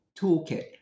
toolkit